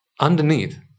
underneath